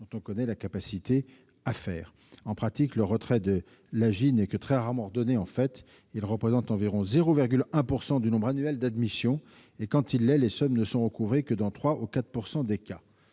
dont on connaît la capacité « à faire ». En pratique, le retrait de l'aide juridictionnelle n'est que très rarement ordonné, puisqu'il représente environ 0,1 % du nombre annuel d'admissions. Et quand il l'est, les sommes ne sont recouvrées que dans 3 % ou 4 % des cas.